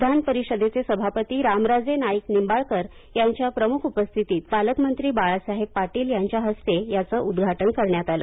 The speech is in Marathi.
विधान परिषदेचे सभापती रामराजे नाईक निंबाळकर यांच्या प्रमुख्य उपस्थितीत पालकमंत्री बाळासाहेब पाटील यांच्या हस्ते यांचं उद्घाटन करण्यात आलं